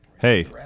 Hey